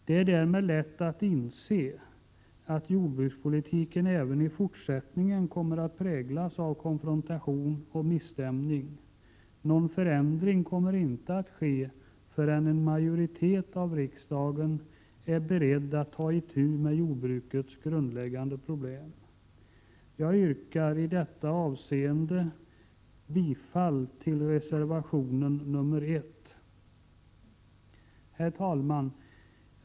Det är därmed lätt att inse att jordbrukspolitiken även i fortsättningen kommer att präglas av konfrontation och misstämning. Någon förändring kommer inte att ske förrän en majoritet i riksdagen är beredd att ta itu med jordbrukets grundläggande problem. Jag yrkar i detta avseende bifall till reservation 1. Herr talman!